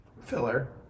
filler